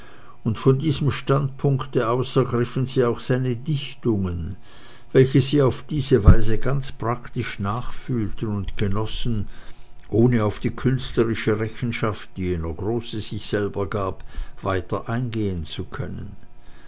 und von diesem standpunkte aus ergriffen sie auch seine dichtungen welche sie auf diese weise ganz praktisch nachfühlten und genossen ohne auf die künstlerische rechenschaft die jener große sich selber gab weiter eingehen zu können